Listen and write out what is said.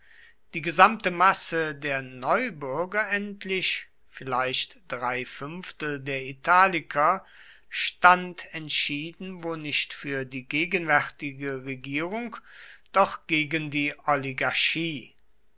die gesamte masse der neubürger endlich vielleicht drei fünftel der italiker stand entschieden wo nicht für die gegenwärtige regierung doch gegen die